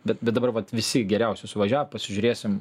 bet bet dabar vat visi geriausi suvažiavo pasižiūrėsim